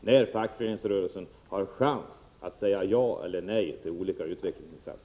när fackföreningsrörelsen har chans att säga ja eller nej till olika utvecklingsinsatser.